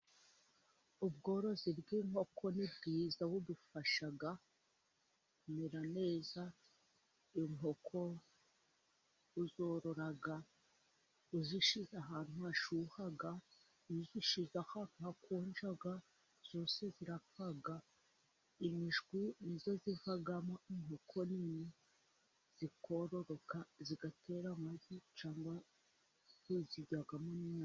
Ubworozi bw'inkoko ni bwiza budufasha kumera neza, inkoko uzorora uzishize ahantu hashyuha iyo uzishyize ahantu hakonja zose zirapfa, imishwi nizo zivamo inkoko nini zikororoka zigatera amagi cyangwa zikavamo n'inyama.